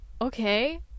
okay